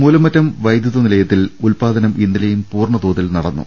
മൂലമറ്റം വൈദ്യുത നിലയത്തിൽ ഉൽപാദനം ഇന്നലെയും പൂർണതോതിൽ നടന്നു